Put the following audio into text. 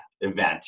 event